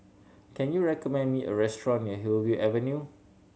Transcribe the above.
can you recommend me a restaurant near Hillview Avenue